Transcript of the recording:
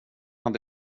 hade